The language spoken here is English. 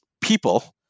people